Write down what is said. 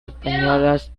españolas